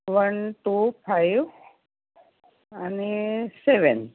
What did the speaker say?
one two five आणि सेवन